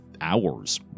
hours